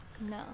No